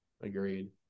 Agreed